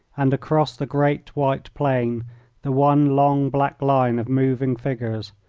and across the great white plain the one long black line of moving figures,